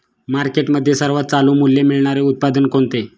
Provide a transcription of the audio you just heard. मार्केटमध्ये सर्वात चालू मूल्य मिळणारे उत्पादन कोणते?